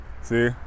see